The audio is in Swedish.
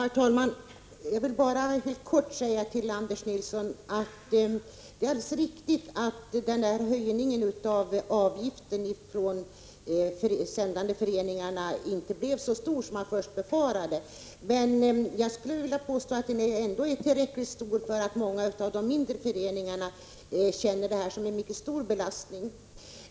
Herr talman! Jag vill bara kort säga till Anders Nilsson att det är alldeles riktigt att höjningen av avgiften för de sändande föreningarna inte blev så stor som man först befarade. Men jag skulle vilja påstå att den ändå är tillräckligt stor för att många av de mindre föreningarna skall känna det som en mycket stor belastning.